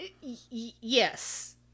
Yes